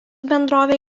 bendrovė